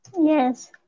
Yes